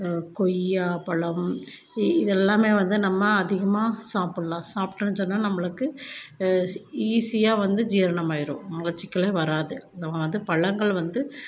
கொய்யாப்பழம் இது இதெல்லாமே வந்து நம்ம அதிகமாக சாப்பிட்லாம் சாப்பிட்டோன்னு சொன்னால் நம்மளுக்கு ஈஸியாக வந்து ஜீரணமாயிடும் மலச்சிக்கலே வராது நம்ம வந்து பழங்கள் வந்து